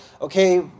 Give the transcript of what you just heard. okay